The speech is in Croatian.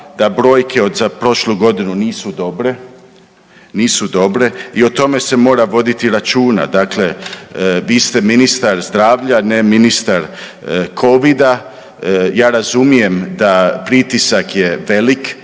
da brojke za prošlu godinu nisu dobre, nisu dobre i o tome se mora voditi računa. Dakle, vi ste ministar zdravlja, ne ministar covida, ja razumijem da pritisak je velik